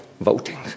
voting